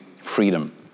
freedom